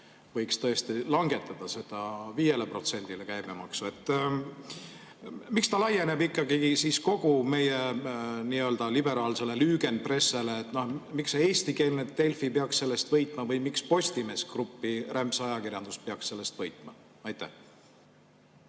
võiks tõesti langetada käibemaksu 5%-le. Miks ta laieneb ikkagi kogu meie nii-öelda liberaalseleLügenpresse'le? Miks eestikeelne Delfi peaks sellest võitma või miks Postimees Grupi rämpsajakirjandus peaks sellest võitma? Aitäh!